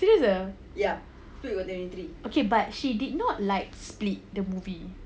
serious ah but she did not like split the movie